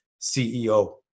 ceo